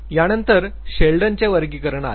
त्यानंतर शेल्डनचे वर्गीकरण आले